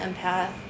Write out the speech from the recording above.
empath